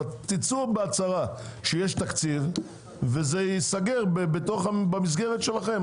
צאו בהצהרה שיש תקציב וזה ייסגר במסגרת שלכם,